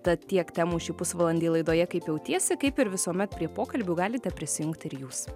tad tiek temų šį pusvalandį laidoje kaip jautiesi kaip ir visuomet prie pokalbių galite prisijungt ir jūs